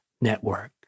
Network